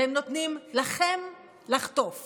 הם נותנים לכם לחטוף